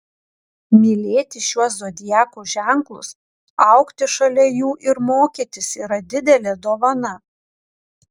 mylėti šiuos zodiako ženklus augti šalia jų ir mokytis yra didelė dovana